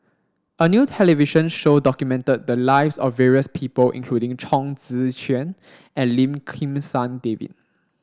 a new television show documented the lives of various people including Chong Tze Shien and Lim Kim San David